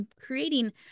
creating